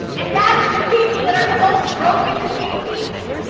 and that is the people that are the most broken and pain people.